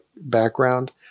background